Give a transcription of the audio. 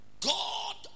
God